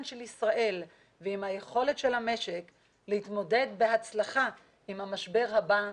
של ישראל ועם היכולת של המשק להתמודד בהצלחה עם המשבר הבא,